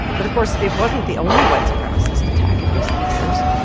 but, of course, it wasn't the only white supremacist attack in recent years.